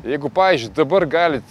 jeigu pavyzdžiui dabar galit